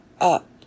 up